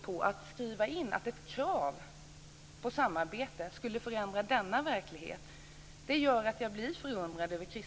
Men att som Kristdemokraterna tro att ett krav på samarbete skulle förändra verkligheten gör att jag blir förundrad.